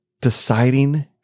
deciding